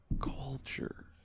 culture